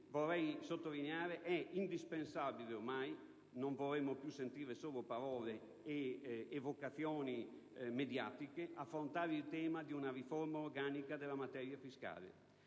infine sottolineare che è indispensabile (ormai non vorremmo più sentire solo parole ed evocazioni mediatiche) affrontare il tema di una riforma organica della materia fiscale.